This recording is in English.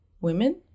women